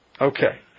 Okay